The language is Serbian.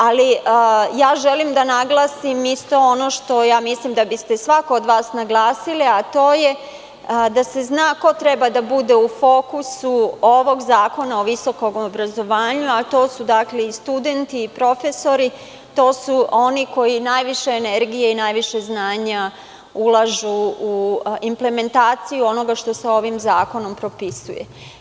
Ali, želim da naglasim isto ono što mislim da bi svako od vas naglasio, a to je da se zna ko treba da bude u fokusu ovog zakona o visokom obrazovanju, a to su i studenti i profesori, to su oni koji najviše energije i najviše znanja ulažu u implementaciju onoga što se ovim zakonom propisuje.